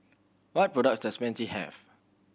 what product does Pansy have